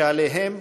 שעליהם